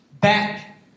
back